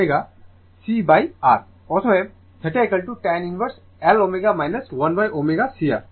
অতএব θ tan inverse L ω 1ω CR